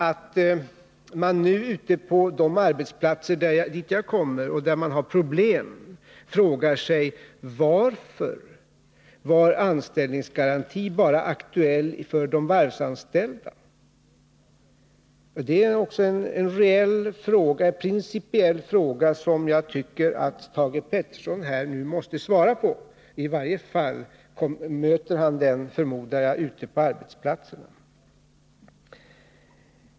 Ute på de arbetsplatser där jag har varit och där man har problem frågar man sig: Var anställningsgarantin bara aktuell för de varvsanställda? Det är en principiell fråga som jag tycker att Thage Peterson nu måste svara på. Jag förmodar att han i varje fall möter frågan på arbetsplatserna.